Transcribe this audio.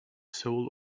soul